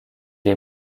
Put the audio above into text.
est